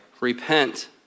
Repent